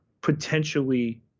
potentially